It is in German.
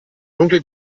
dunkle